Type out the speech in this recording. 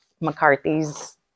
McCarthy's